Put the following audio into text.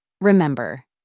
Remember